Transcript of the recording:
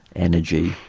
energy,